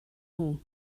more